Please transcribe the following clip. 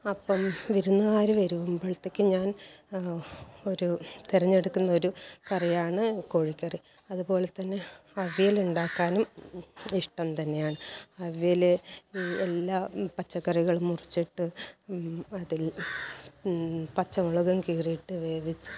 അപ്പം വിരുന്ന് കാർ വരുമ്പഴത്തെക്ക് ഞാൻ ഒരു തിരഞ്ഞെടുക്കുന്നൊരു കറിയാണ് കോഴിക്കറി അതുപോലെ തന്നെ അവിയൽ ഉണ്ടാക്കാനും ഇഷ്ടം തന്നെയാണ് അവിയൽ എല്ലാം പച്ചക്കറികൾ മുറിച്ചിട്ട് അതിൽ പച്ചമുളകും കീറീട്ട് വേവിച്ച്